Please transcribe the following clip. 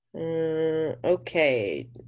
okay